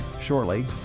shortly